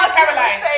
Caroline